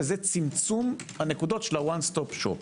צמצום נקודות הוואן סטופ שופ,